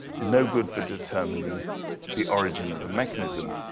no good for determining the origin of the mechanism.